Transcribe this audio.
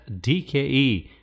DKE